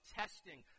testing